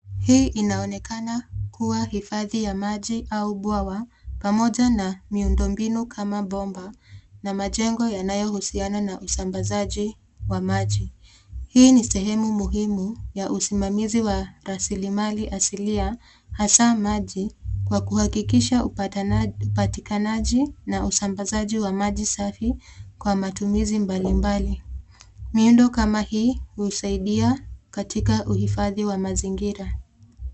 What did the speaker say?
Hii inaonekana kuwa hifadhi ya maji au bwawa pamoja na miundo mbinu kama bomba na majengo yanayohusiana na usambazaji wa maji. Hii ni sehemu muhimu ya usimamizi wa rasilimali asilia hasa maji kwa kuhakikisha upatikanaji na usambazaji wa maji safi kwa matumizi mbalimbali. Miundo kama hii husaidia katika uhifadhi wa mazingira.